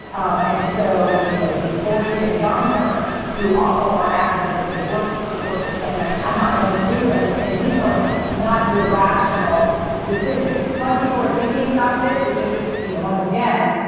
um and so you know these forty and younger who also are active members of the workforce are spending money. i'm not i don't agree with i'm just saying these are not irrational decisions smart people are thinking about. this is just you know once again,